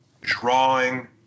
drawing